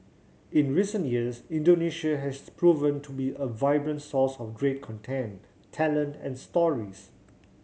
in recent years Indonesia has proven to be a vibrant source of great content talent and stories